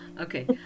Okay